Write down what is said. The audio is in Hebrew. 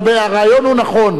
אבל הרעיון הוא נכון,